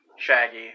Shaggy